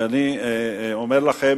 ואני אומר לכם,